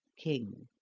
king.